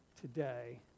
today